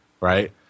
right